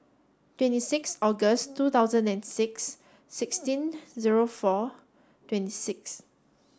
twenty six August two thousand and six sixteen zero four twenty six